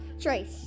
Trace